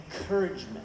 encouragement